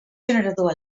generador